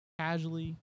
casually